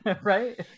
Right